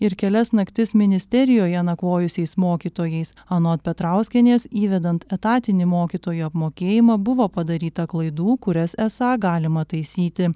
ir kelias naktis ministerijoje nakvojusiais mokytojais anot petrauskienės įvedant etatinį mokytojų apmokėjimą buvo padaryta klaidų kurias esą galima taisyti